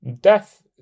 Death